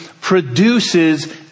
produces